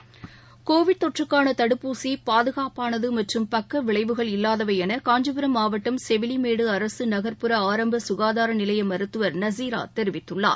Covid round up Covid தொற்றுக்கானதடுப்பூசிபாதுகாப்பானதுமற்றும் பக்கவிளைவுகள் இல்லாதவைஎனகாஞ்சிபுரம் மாவட்டம் செவிலிமேடுஅரசுநகர்ப்புற ஆரம்பசுகாதாரநிலையமருத்துவர் நலீராதெரிவித்துள்ளார்